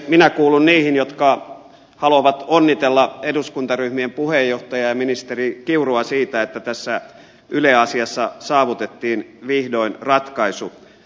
minä kuulun niihin jotka haluavat onnitella eduskuntaryhmien puheenjohtajia ja ministeri kiurua siitä että tässä yle asiassa saavutettiin vihdoin ratkaisu